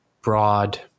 broad